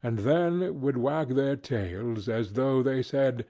and then would wag their tails as though they said,